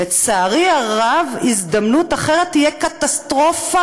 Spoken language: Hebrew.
לצערי הרב, הזדמנות אחרת תהיה קטסטרופה